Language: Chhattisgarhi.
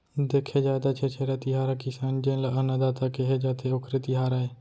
देखे जाए त छेरछेरा तिहार ह किसान जेन ल अन्नदाता केहे जाथे, ओखरे तिहार आय